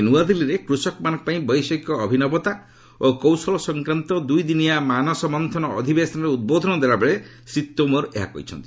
ଆକି ନୂଆଦିଲ୍ଲୀରେ କୃଷକମାନଙ୍କ ପାଇଁ ବୈଷୟିକ ଅଭିନବତା ଓ କୌଶଳ ସଂକ୍ରାନ୍ତ ଦୁଇଦିନିଆ ମାନସମନ୍ଥନ ଅଧିଶେନରେ ଉଦ୍ବୋଧନ ଦେଲାବେଳେ ଶ୍ରୀ ତୋମାର ଏହା କହିଛନ୍ତି